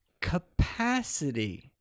capacity